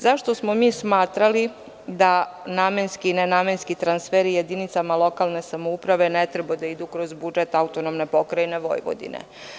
Zašto smo mi smatrali da namenski i nenamenski transferi jedinicama lokalne samouprave ne treba da idu kroz budžet AP Vojvodine.